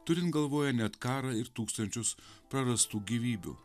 turint galvoje net karą ir tūkstančius prarastų gyvybių